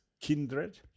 Kindred